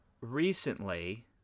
recently